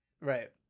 right